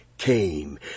Came